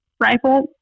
Rifle